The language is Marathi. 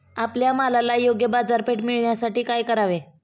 आपल्या मालाला योग्य बाजारपेठ मिळण्यासाठी काय करावे?